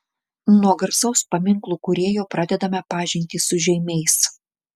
nuo garsaus paminklų kūrėjo pradedame pažintį su žeimiais